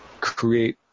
create